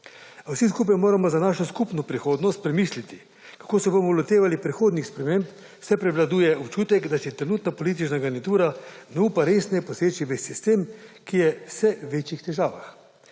vsi skupaj moramo za našo skupno prihodnost premisliti kako se bomo lotevali prihodnjih sprememb, saj prevladuje občutek, da si trenutna politična garnitura ne upa resneje poseči v sistem, ki je v vse večjih težavah.